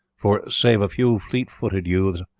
for, save a few fleet-footed youths,